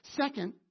Second